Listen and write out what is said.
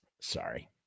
Sorry